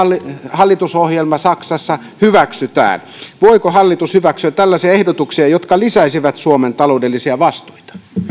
hallitusohjelma saksassa hyväksytään voiko hallitus hyväksyä tällaisia ehdotuksia jotka lisäisivät suomen taloudellisia vastuita